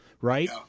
Right